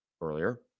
earlier